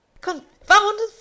Confounded